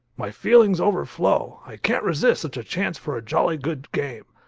my feelings overflow, i can't resist such a chance for a jolly good game.